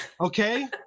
Okay